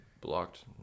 blocked